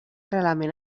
reglament